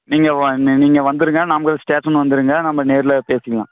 நீங்கள் வந்து நீங்கள் வந்துடுங்க நாமக்கல் ஸ்டேஷன் வந்துடுங்க நம்ம நேர்லேயே பேசிக்கலாம்